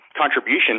contribution